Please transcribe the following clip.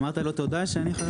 אמרת לו תודה שאני חבר כנסת?